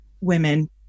Women